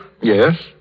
Yes